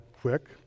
quick